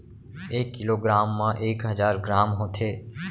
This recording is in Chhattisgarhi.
एक किलो ग्राम मा एक हजार ग्राम होथे